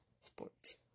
sports